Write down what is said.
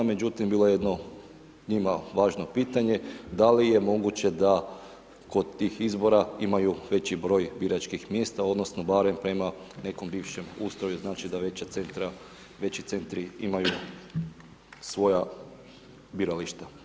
Međutim bilo je jedno njima važno pitanje da li je moguće da kod tih izbora imaju veći broj biračkih mjesta, odnosno barem prema nekom bivšem ustroju, znači da veći centri imaju svoja birališta.